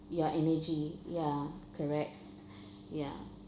your energy ya correct ya